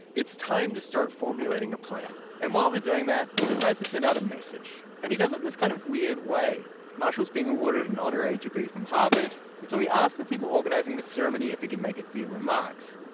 it's time to start formulating a plan and while they're doing that, he decides to send out a message. and he does it in this kind of weird way. marshall's being awarded an honorary degree from harvard, and so he asks the people organizing the ceremony if he can make a few remarks.